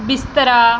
ਬਿਸਤਰਾ